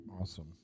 Awesome